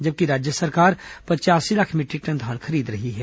जबकि राज्य सरकार पचयासी लाख मीटरिक टन धान खरीद रही है